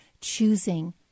choosing